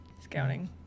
Scouting